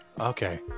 Okay